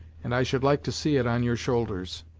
and i should like to see it on your shoulders.